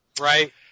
Right